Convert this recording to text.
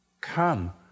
Come